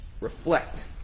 reflect